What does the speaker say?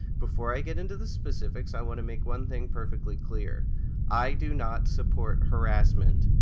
before i get into the specifics, i want to make one thing perfectly clear i do not support harassment,